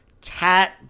tat